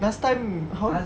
last time how